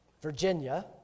Virginia